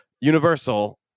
Universal